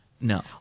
No